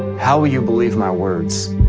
how will you believe my words?